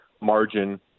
margin